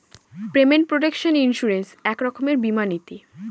payment protection insurance এক রকমের বীমা নীতি